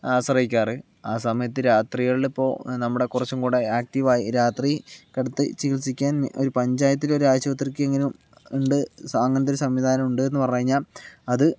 ആശ്രയിക്കാറ് ആ സമയത്ത് രാത്രികളിലിപ്പോൾ നമ്മുടെ കുറച്ചുകൂടെ ആക്റ്റീവായി രാത്രി കിടത്തി ചികിത്സിക്കാൻ ഒരു പഞ്ചായത്തിലൊരാശുപത്രിക്കെങ്കിലും ഉണ്ട് അങ്ങനെത്തെയൊരു സംവിധാനം ഉണ്ടെന്നു പറഞ്ഞു കഴിഞ്ഞാൽ അത്